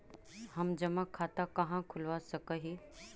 हम जमा खाता कहाँ खुलवा सक ही?